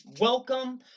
welcome